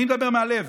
אני מדבר מהלב.